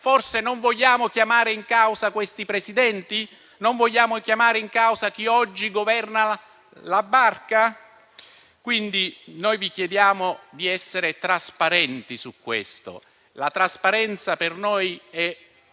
Forse non vogliamo chiamare in causa questi Presidenti e non vogliamo chiamare in causa chi oggi governa la barca? Quindi vi chiediamo di essere trasparenti su questo. La trasparenza per noi è